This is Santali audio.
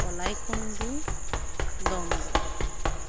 ᱚᱞᱟᱭᱠᱩᱱᱰᱩ ᱫᱚᱢᱫᱚᱢ